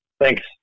Thanks